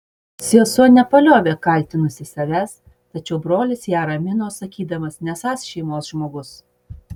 sesuo nepaliovė kaltinusi savęs tačiau brolis ją ramino sakydamas nesąs šeimos žmogus